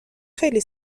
خیلی